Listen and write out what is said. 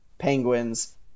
Penguins